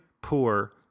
poor